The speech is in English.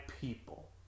people